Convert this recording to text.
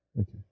Okay